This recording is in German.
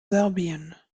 serbien